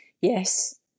yes